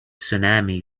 tsunami